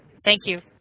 thank you.